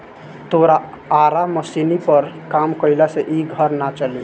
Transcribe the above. तोरा आरा मशीनी पर काम कईला से इ घर ना चली